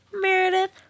meredith